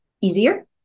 easier